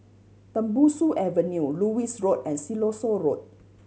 Tembusu Avenue Lewis Road and Siloso Road